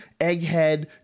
egghead